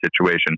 situation